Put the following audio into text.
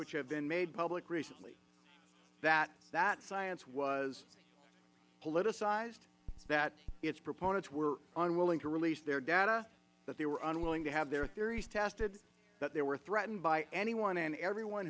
which have been made public recently that that science was politicized that its proponents were unwilling to release their data that they were unwilling to have their theories tested that they were threatened by anyone and everyone